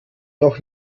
doch